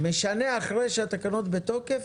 משנה אחרי שהתקנות בתוקף.